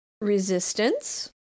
resistance